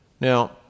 Now